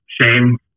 shame